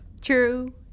True